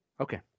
Okay